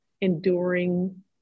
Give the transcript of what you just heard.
enduring